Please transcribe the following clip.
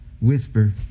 whisper